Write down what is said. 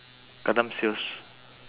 gundam sales